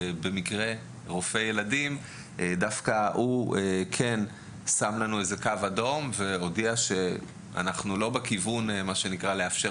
רופא ילדים שם לנו קו אדום והודיע שאנחנו לא בכיוון של לאפשר